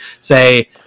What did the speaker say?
say